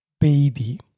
baby